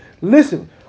Listen